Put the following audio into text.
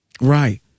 right